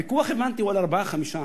הוויכוח, הבנתי, הוא על 5%-4%.